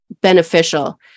beneficial